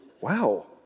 Wow